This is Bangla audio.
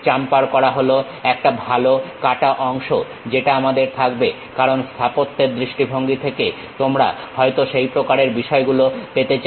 চাম্পার করা হলো একটা ভালো কাটা অংশ যেটা আমাদের থাকবে কারণ স্থাপত্যের দৃষ্টিভঙ্গি থেকে তোমরা হয়তো সেই প্রকারের বিষয়গুলো পেতে চাও